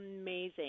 amazing